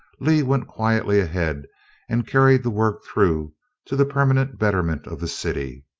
lee went quietly ahead and carried the work through to the permanent betterment of the city.